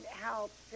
help